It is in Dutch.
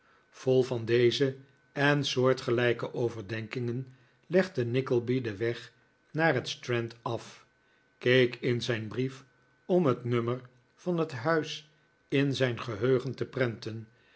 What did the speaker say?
vol van deze en soortgelijke overdenkingen legde nickleby den weg naar het strand af keek in zijn brief om het nummer van het huis in zijn geheugen te prenten